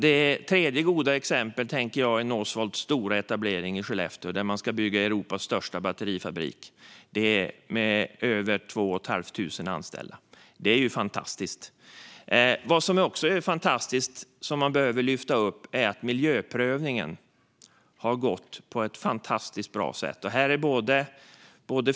Ytterligare ett gott exempel jag tänker på är Northvolts stora etablering i Skellefteå, där man ska bygga Europas största batterifabrik med över 2 500 anställda. Det är fantastiskt. Vad som också är fantastiskt och som man behöver lyfta fram är att miljöprövningen har gått på ett utomordentligt bra sätt.